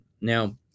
Now